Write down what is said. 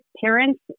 parents